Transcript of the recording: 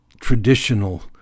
traditional